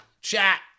Chat